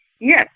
Yes